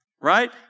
right